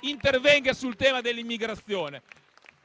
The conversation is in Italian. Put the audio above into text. intervenga sul tema dell'immigrazione.